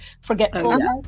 Forgetfulness